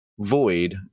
void